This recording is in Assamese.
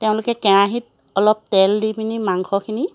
তেওঁলোকে কেৰাহিত অলপ তেল দি পিনি মাংসখিনি